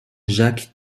jacques